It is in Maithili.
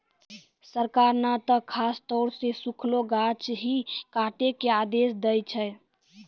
सरकार नॅ त खासतौर सॅ सूखलो गाछ ही काटै के आदेश दै छै